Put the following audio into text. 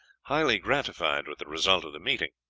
highly gratified with the result of the meeting.